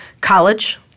college